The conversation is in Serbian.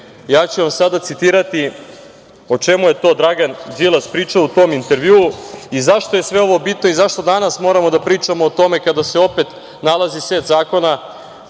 ja ću vam sada citirati o čemu je to Dragan Đilas pričao u tom intervju i zašto je sve to bitno, i zašto danas moramo da pričamo o tome kada se opet nalazi set zakona,